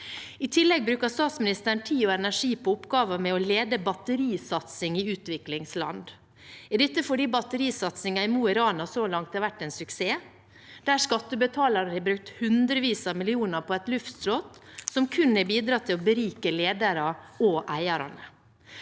I tillegg bruker statsministeren tid og energi på oppgaven med å lede batterisatsing i utviklingsland. Er dette fordi batterisatsingen i Mo i Rana så langt har vært en suksess, der skattebetalerne har brukt hundrevis av millioner på et luftslott som kun har bidratt til å berike lederne og eierne?